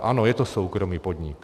Ano, je to soukromý podnik.